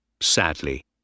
sadly